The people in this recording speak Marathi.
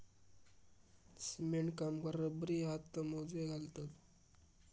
सिमेंट कामगार रबरी हातमोजे घालतत